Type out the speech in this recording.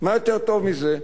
מה יותר טוב מזה?